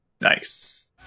Nice